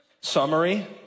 Summary